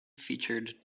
featured